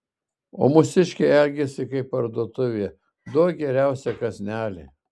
o mūsiškiai elgiasi kaip parduotuvėje duok geriausią kąsnelį